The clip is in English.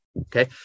okay